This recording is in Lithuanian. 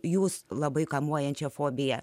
jūs labai kamuojančią fobiją